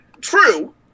true